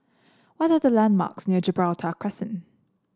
what are the landmarks near Gibraltar Crescent